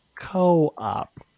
co-op